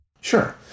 Sure